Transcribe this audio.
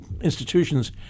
institutions